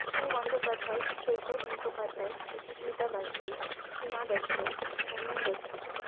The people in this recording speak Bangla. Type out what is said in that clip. প্রসূন বন্দ্যোপাধ্যায় সৈকত মুখোপাধ্যায় শুচিস্মিতা বাস্কে সীমা দত্ত অমিয় দত্ত